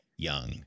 Young